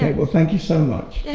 well thank you so much,